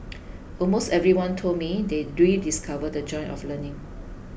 almost everyone told me they rediscovered the joy of learning